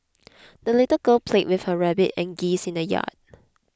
the little girl played with her rabbit and geese in the yard